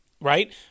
right